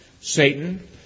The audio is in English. Satan